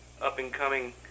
up-and-coming